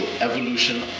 evolution